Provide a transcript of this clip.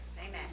Amen